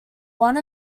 one